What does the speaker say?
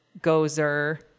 Gozer